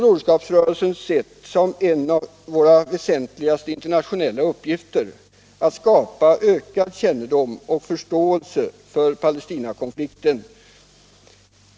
Broderskapsrörelsen har sett som en av sina väsentliga uppgifter att skapa ökad kännedom om och förståelse för Palestinakonflikten.